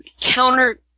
counter